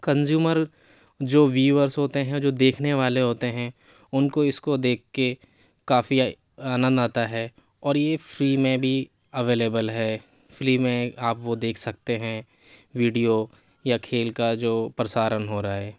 consumer جو viewers ہوتے ہیں جو دیکھنے والے ہوتے ہیں اُن کو اِس کو دیکھ کے کافی آنند آتا ہے اور یہ فری میں بھی اویلیبل ہے فری میں آپ وہ دیکھ سکتے ہیں ویڈیو یا کھیل کا جو پرسارن ہو رہا ہے